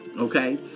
Okay